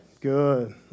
Good